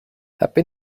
happy